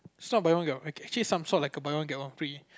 is not buy one get one actually it's some sort like a buy one get one free